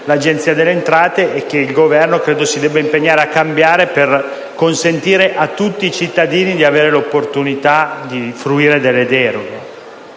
l'Agenzia delle entrate e che credo il Governo si debba impegnare a cambiare per consentire a tutti i cittadini di avere l'opportunità di fruire delle deroghe.